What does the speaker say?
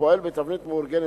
הפועל בתבנית מאורגנת,